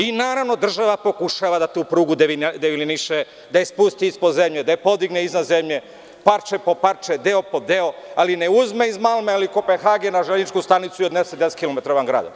I naravno država pokušava da tu prugu da deniviliše, da je spusti ispod zemlje, da je podigne iznad zemlje, parče po parče, deo, po deo, ali ne uzme iz Malmea ili Kopenhagena železničku stanicu i odnose 10 kilometara van grada.